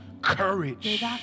courage